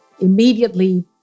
immediately